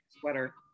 sweater